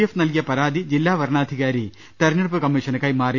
F നൽകിയ പരാതി ജില്ലാ വരണാധികാരി തെരഞ്ഞെടുപ്പ് കമ്മീ ഷന് കൈമാറി